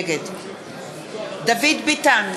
נגד דוד ביטן,